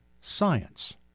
science